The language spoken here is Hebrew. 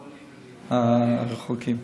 הרחוקים.